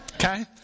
Okay